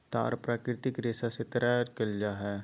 तार प्राकृतिक रेशा से तैयार करल जा हइ